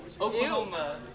Oklahoma